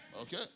Okay